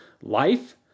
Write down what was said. life